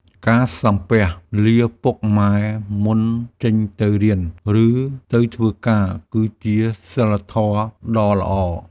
ការសំពះលាពុកម៉ែមុនចេញទៅរៀន ឬទៅធ្វើការ គឺជាសីលធម៌ដ៏ល្អ។